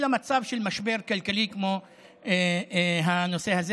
אלא מצב של משבר כלכלי כמו הנושא הזה.